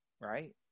right